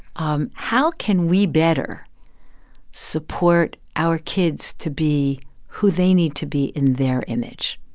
um how can we better support our kids to be who they need to be in their image?